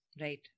right